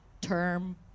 Term